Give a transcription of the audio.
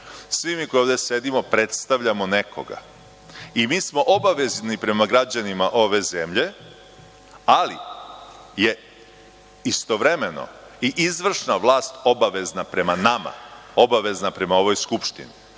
Svi mi koji ovde sedimo predstavljamo nekoga i mi smo obavezni prema građanima ove zemlje, ali je istovremeno i izvršna vlast obavezna prema nama, obavezna prema ovoj Skupštini.A